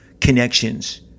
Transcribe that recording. connections